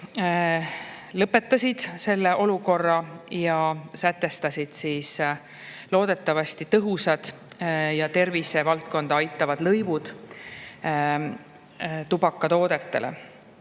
lõpetavad selle olukorra ja sätestavad loodetavasti tõhusad ja tervisevaldkonda aitavad lõivud tubakatoodetele.